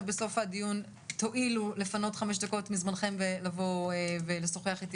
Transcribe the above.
בסוף הדיון תועילו לפנות חמש דקות מזמנכם ולבוא ולשוחח איתי,